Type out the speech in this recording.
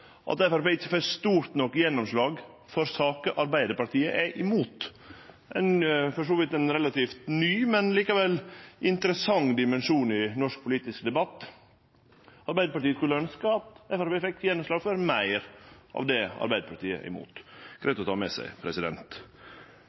at Framstegspartiet ikkje får stort nok gjennomslag for saker Arbeidarpartiet er imot. Det er ein for så vidt relativt ny, men likevel interessant dimensjon i norsk politisk debatt. Arbeidarpartiet skulle ha ønskt at Framstegspartiet fekk gjennomslag for meir av det Arbeidarpartiet er imot. Det er greitt å ta med seg.